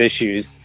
issues